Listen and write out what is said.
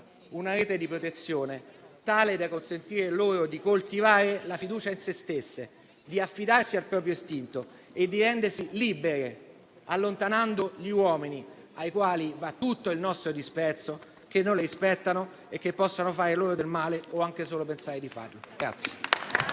una rete di protezione tale da consentire loro di coltivare la fiducia in se stesse, di affidarsi al proprio istinto e di rendersi libere, allontanando gli uomini - ai quali va tutto il nostro disprezzo - che non le rispettano e che possano fare loro del male o anche solo pensare di farlo.